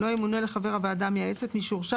לא ימונה לחברי הוועדה המייעצת מי שהורשע